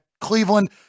Cleveland